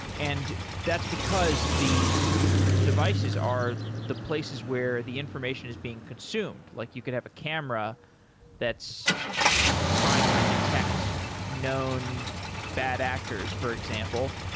and that's because these devices are the places where the information is being consumed. like you can have a camera that's trying to detect known bad actors, for example,